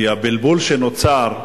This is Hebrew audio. כי הבלבול שנוצר,